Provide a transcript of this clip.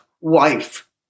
wife